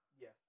Yes